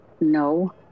No